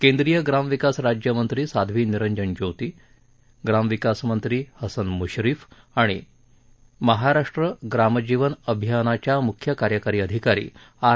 केंद्रीय ग्रामविकास राज्यमंत्री साध्वी निरंजन ज्योती महराष्ट्राचे ग्रामविकासमंत्री हसन मुश्रीप आणि महाराष्ट्र ग्रामजीवन अभियानाच्या मुख्य कार्यकारी अधिकारी आर